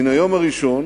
מן היום הראשון